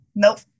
nope